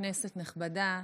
כנסת נכבדה,